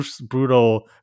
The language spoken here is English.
brutal